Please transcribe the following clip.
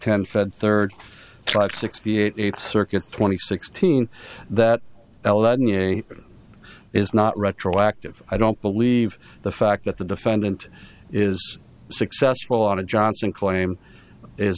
ten fed third class sixty eighth circuit twenty sixteen that is not retroactive i don't believe the fact that the defendant is successful out of johnson claim